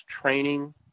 training